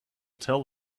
tell